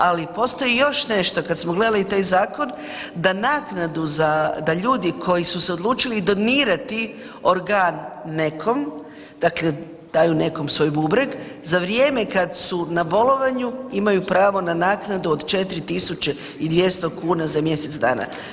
Ali postoji još nešto, kad smo gledali taj zakon, da naknadu za da ljudi koji su se odlučili donirati organ nekom, dakle daju nekom svoj bubreg, za vrijeme kad su na bolovanju imaju pravo na naknadu od 4.200 kuna za mjesec dana.